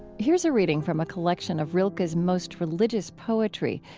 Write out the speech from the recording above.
here's a reading from a collection of rilke's most religious poetry,